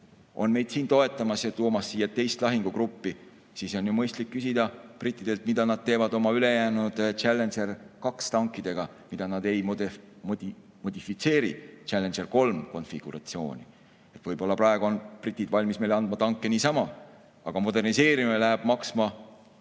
on meid siin toetamas ja toomas siia teist lahingugruppi, siis on mõistlik küsida brittidelt, mida nad teevad oma ülejäänud Challenger‑2 tankidega, mida nad ei modifitseeri Challenger‑3 konfiguratsiooni. Võib-olla on praegu britid valmis andma meile tanke niisama, aga moderniseerimine läheb maksma